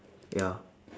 ya